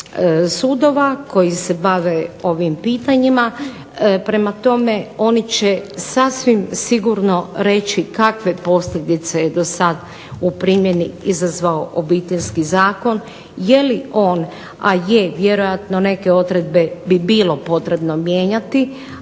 sudova koji se bave ovim pitanjima. Prema tome, oni će sasvim sigurno reći kakve posljedice je do sad u primjeni izazvao Obiteljski zakon, je li on, a je vjerojatno neke odredbe bi bilo potrebno mijenjati,